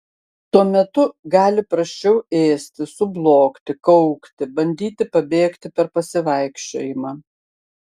tuo metu gali prasčiau ėsti sublogti kaukti bandyti pabėgti per pasivaikščiojimą